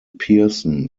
pearson